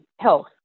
health